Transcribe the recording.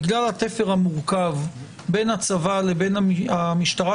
בגלל התפר המורכב בין הצבא לבין המשטרה,